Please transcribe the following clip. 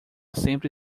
sempre